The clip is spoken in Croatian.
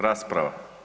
Rasprava.